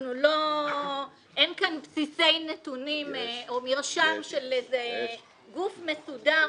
אין כאן בסיסי נתונים או מרשם של איזה גוף מסודר,